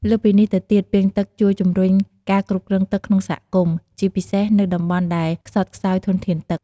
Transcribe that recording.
លើសពីនេះទៅទៀត ពាងទឹក ជួយជំរុញការគ្រប់គ្រងទឹកក្នុងសហគមន៍ ជាពិសេសនៅតំបន់ដែលខ្សត់ខ្សោយធនធានទឹក។